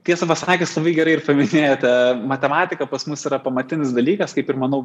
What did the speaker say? tiesą pasakius labai gerai ir paminėjote matematika pas mus yra pamatinis dalykas kaip ir manau